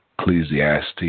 Ecclesiastes